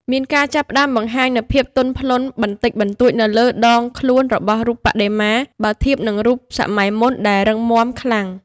មានការចាប់ផ្ដើមបង្ហាញនូវ ភាពទន់ភ្លន់ បន្តិចបន្តួចនៅលើដងខ្លួនរបស់រូបបដិមា បើធៀបនឹងរូបសម័យមុនដែលរឹងម៉ាំខ្លាំង។